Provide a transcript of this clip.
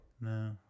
No